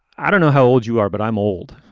i don't know how old you are, but i'm old.